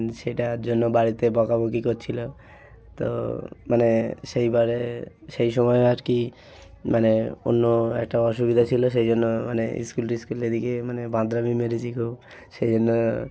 সেটার জন্য বাড়িতে বকাবকি করছিলো তো মানে সেই বারে সেই সময় আর কি মানে অন্য একটা অসুবিধা ছিল সেই জন্য মানে স্কুল টিস্কুল এদিকে মানে বাঁদরামি মেরেছি খুব সেই জন্য